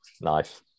Nice